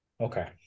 Okay